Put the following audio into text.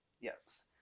yes